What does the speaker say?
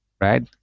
right